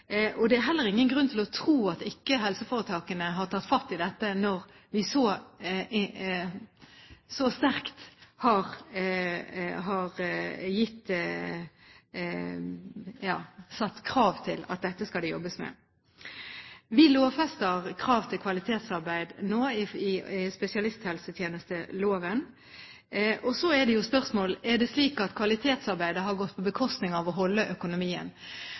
er heller ingen grunn til å tro at ikke helseforetakene har tatt fatt i dette når vi så sterkt har satt krav til at det skal jobbes med dette. Vi lovfester nå krav til kvalitetsarbeid i spesialisthelsetjenesteloven. Så er spørsmålet: Er det slik at kvalitetsarbeidet har gått på bekostning av å holde økonomien